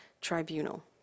tribunal